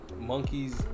monkeys